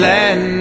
Let